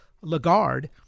Lagarde